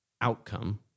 outcome